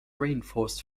reinforced